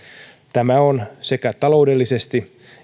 tämä on sekä taloudellisesti